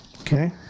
okay